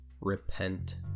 repent